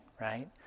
right